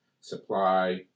supply